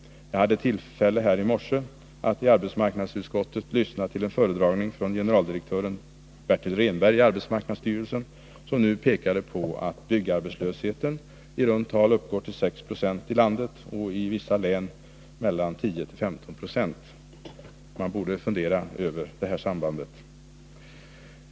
Jag hade tillfälle att i morse i arbetsmarknadsutskottet lyssna till en föredragning av generaldirektören Bertil Rehnberg i arbetsmarknadsstyrelsen som pekade på att byggarbetslösheten uppgår till i runt tal 6 20 i landet och i vissa län till mellan 10 och 15 96. Man borde fundera över det här sambandet.